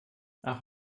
ach